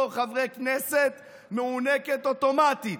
אז יש בעיה בהשקפת עולמך, שהיא לא דמוקרטית.